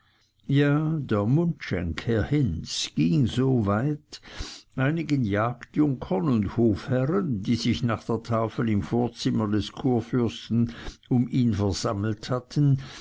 ja der mundschenk herr hinz ging so weit einigen jagdjunkern und hofherren die sich nach der tafel im vorzimmer des kurfürsten um ihn versammelt hatten